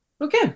Okay